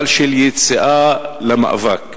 אבל של יציאה למאבק.